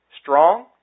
strong